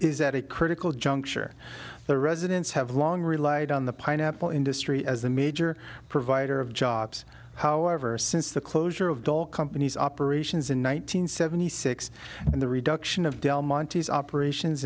is at a critical juncture the residents have long relied on the pineapple industry as a major provider of jobs however since the closure of dull companies operations in one thousand nine hundred seventy six and the reduction of del monte's operations